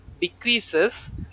decreases